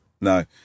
no